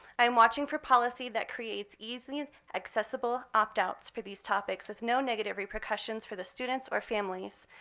i am watching for policy that creates easily accessible opt outs for these topics with no negative repercussions for the students or families.